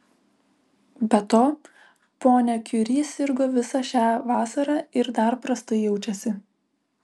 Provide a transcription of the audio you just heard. be to ponia kiuri sirgo visą šią vasarą ir dar prastai jaučiasi